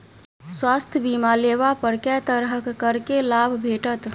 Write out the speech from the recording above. स्वास्थ्य बीमा लेबा पर केँ तरहक करके लाभ भेटत?